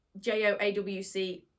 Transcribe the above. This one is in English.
JOAWC